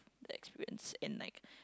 the experience and like